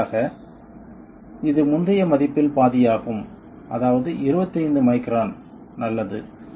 வெளிப்படையாக இது முந்தைய மதிப்பில் பாதியாகும் அதாவது 25 மைக்ரான் நல்லது